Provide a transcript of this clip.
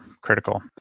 critical